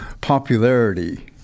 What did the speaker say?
popularity